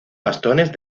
bastones